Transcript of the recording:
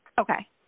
Okay